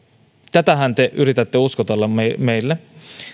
tätähän te yritätte uskotella meille